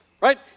right